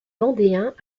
vendéens